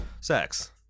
sex